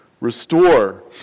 restore